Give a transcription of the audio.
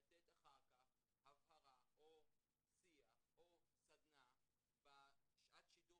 לתת אחר כך הבהרה או שיח או סדנא בשעת שידור